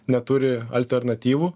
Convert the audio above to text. neturi alternatyvų